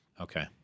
Okay